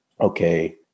okay